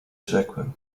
rzekłem